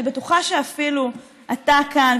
אני בטוחה שאפילו אתה כאן,